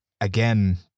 again